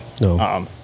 No